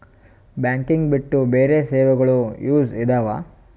Banking ಬಿಟ್ಟು ಬೇರೆ ಸೇವೆಗಳು ಯೂಸ್ ಇದಾವ?